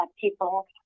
people